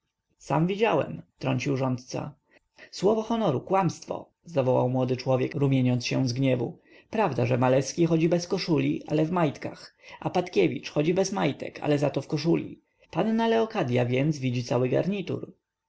sam widziałem wtrącił rządca słowo honoru kłamstwo zawołał młody człowiek rumieniejąc się z gniewu prawda że maleski chodzi bez koszuli ale w majtkach a patkiewicz chodzi bez majtek lecz zato w koszuli panna leokadya więc widzi cały garnitur